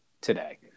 today